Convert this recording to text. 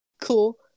Cool